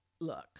look